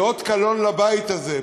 היא אות קלון לבית הזה.